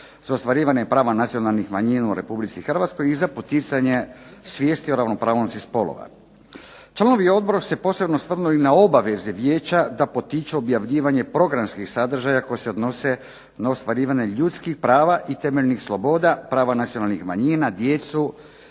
za ostvarivanje prava nacionalnih manjina u Republici Hrvatskoj i za poticanje svijesti o ravnopravnosti spolova. Članovi Odbora su se osvrnuli na obaveze Vijeća da potiče objavljivanje programskih sadržaja koja se odnose na ostvarivanje ljudskih prava i temeljnih sloboda, prava nacionalnih manjina, djecu,